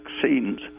vaccines